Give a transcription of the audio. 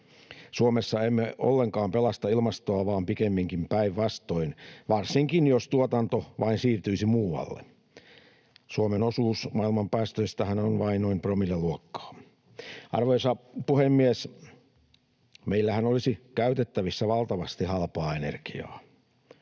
Suomessa emme ollenkaan pelasta ilmastoa, vaan pikemminkin päinvastoin, varsinkin jos tuotanto vain siirtyisi muualle. Suomen osuus maailman päästöistähän on vain noin promillen luokkaa. Arvoisa puhemies! Meillähän olisi käytettävissä valtavasti halpaa energiaa.